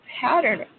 pattern